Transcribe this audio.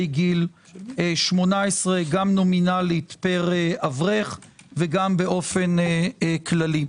גיל 18 גם נומינלית פר אברך וגם באופן כללי?